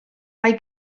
mae